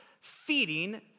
feeding